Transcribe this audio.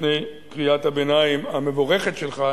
לפני קריאת הביניים המבורכת שלך,